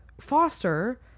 foster